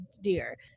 dear